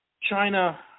China